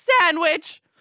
sandwich